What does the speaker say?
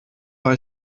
war